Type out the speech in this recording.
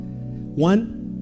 One